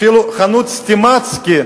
אפילו חנות "סטימצקי"